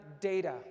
data